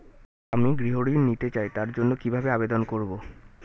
আমি গৃহ ঋণ নিতে চাই তার জন্য কিভাবে আবেদন করব?